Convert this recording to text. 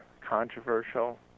controversial